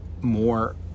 more